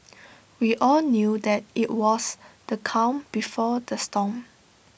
we all knew that IT was the calm before the storm